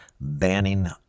banning